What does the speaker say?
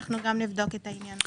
נבדוק את זה.